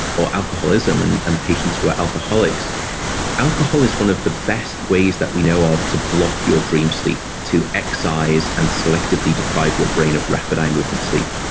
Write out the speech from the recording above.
or alcoholism and and patients who are alcoholics alcohol is one of the best ways that we know of to block your dream sleep, to excise and selectively deprive your brain of rapid eye movement sleep.